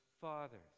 fathers